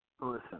Listen